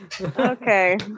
Okay